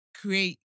Create